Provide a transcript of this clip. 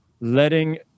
letting